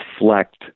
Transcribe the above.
reflect